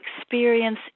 experience